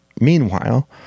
Meanwhile